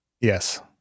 Yes